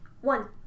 One